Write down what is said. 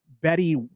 betty